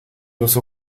los